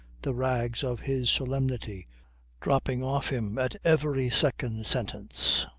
the rags of his solemnity dropping off him at every second sentence.